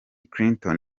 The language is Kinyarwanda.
clinton